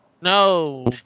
No